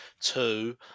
Two